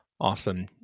Awesome